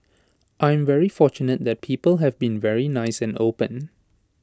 I am very fortunate that people have been very nice and open